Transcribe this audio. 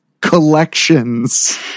collections